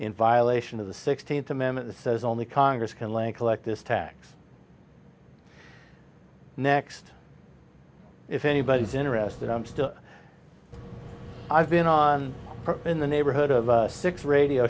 in violation of the sixteenth amendment says only congress can land collect this tax next if anybody's interested i've been on in the neighborhood of six radio